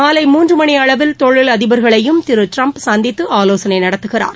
மாலை மூன்று மணி அளவில் தொழிலதிபர்களையும் திரு ட்டிம்ப் சந்தித்து ஆலோசனை நடத்துகிறார்